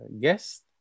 guest